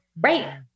right